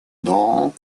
долг